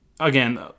Again